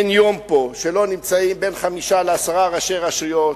אין יום פה שלא נמצאים בין חמישה לעשרה ראשי רשויות,